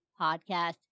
podcast